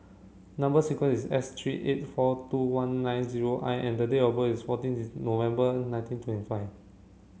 number sequence is S three eight four two one nine zero I and the date of birth is fourteen November nineteen twenty five